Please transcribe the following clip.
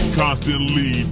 constantly